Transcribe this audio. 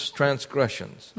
transgressions